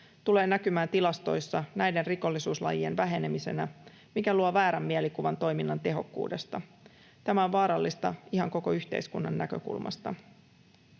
tulee näkymään tilastoissa näiden rikollisuuslajien vähenemisenä, mikä luo väärän mielikuvan toiminnan tehokkuudesta. Tämä on vaarallista ihan koko yhteiskunnan näkökulmasta.